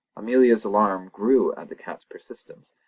amelia's alarm grew at the cat's persistence,